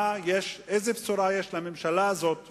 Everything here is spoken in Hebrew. איזו בשורה יש לממשלה הזאת,